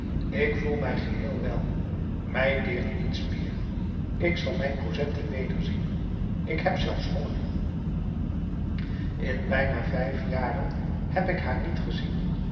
ik gevoel mij geheel wel mij deert niets meer ik zal mijn cosette wederzien ik heb zelfs honger in bijna vijf jaren heb ik haar niet gezien